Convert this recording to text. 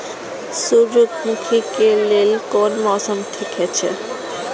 सूर्यमुखी के लेल कोन मौसम ठीक हे छे?